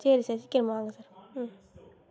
சரி சார் சீக்கரமாக வாங்க சார் ம்